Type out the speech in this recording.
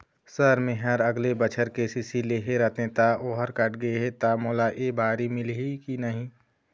Sir मेहर अगले बछर के.सी.सी लेहे रहें ता ओहर कट गे हे ता मोला एबारी मिलही की नहीं?